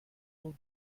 will